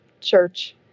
church